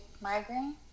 migraine